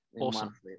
Awesome